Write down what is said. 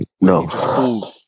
No